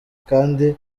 kandi